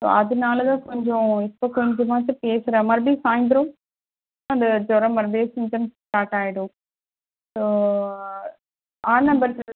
so அதுனால தான் கொஞ்சம் ஸோ கொஞ்சமாச்சும் பேசுகிறேன் மறுடியும் சாயந்தரம் அந்த ஜுரம் மறுடியும் சிம்டம்ஸ் ஸ்டார்ட் ஆயிடும் ஸோ ஆனால் பட்டு